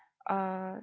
err